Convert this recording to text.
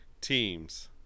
teams